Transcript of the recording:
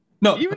No